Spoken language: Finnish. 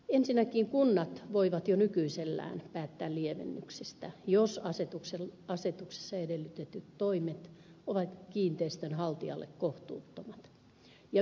ensinnäkin kunnat voivat jo nykyisellään päättää lievennyksistä jos asetuksessa edellytetyt toimet ovat kiinteistönhaltijalle kohtuuttomat ja ympäristökuormitus on vähäinen